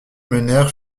menèrent